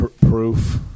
proof